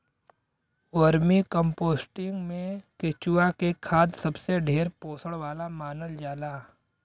vermicomposting में केचुआ के खाद सबसे ढेर पोषण वाला मानल जाला